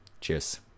cheers